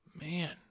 Man